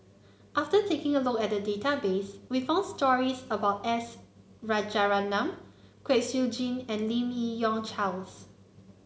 after taking a look at the database we found stories about S Rajaratnam Kwek Siew Jin and Lim Yi Yong Charles